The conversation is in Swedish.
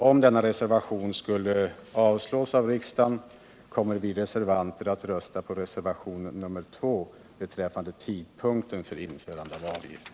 Om denna reservation skulle avslås av riksdagen kommer vi som undertecknat den att rösta för reservationen 2 beträffande tidpunkten för införande av avgiften.